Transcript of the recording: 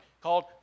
called